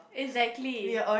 exactly